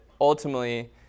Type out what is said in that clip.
ultimately